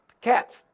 Cats